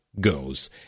goes